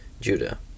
Judah